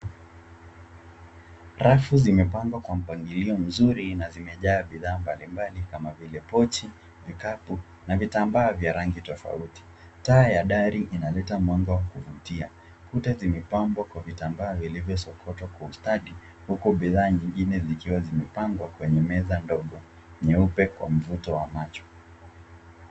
Rafu zimepangwa kwa mpangilio mzuri na zimejaa bidhaa mbalimbali kama pochi, vikapu na vitamba vya rangi tofauti. Taa ya dari inaleta mwanga wa kuvutia. Kuta zimepambwa kwa vitamba vilivyosokotwa kwa ustadi huku bidhaa nyingine zikiwa zimepangwa kwenye meza ndogo nyeupe kwa mvuto wa macho.